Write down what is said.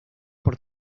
por